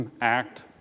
Act